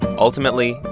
ultimately,